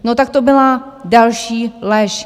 No, tak to byla další lež.